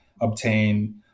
obtain